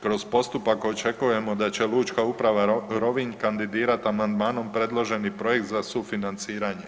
Kroz postupak očekujemo da će Lučka uprava Rovinj kandidirat amandmanom predloženi projekt za sufinanciranje.